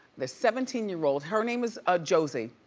the seventeen year old, her name is ah josie,